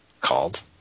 called